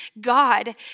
God